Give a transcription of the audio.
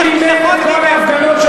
אתם תגידו לי מי מימן את כל ההפגנות שלכם.